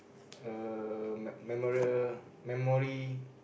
uh me~ memorial memory